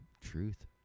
Truth